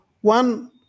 one